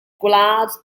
gwlad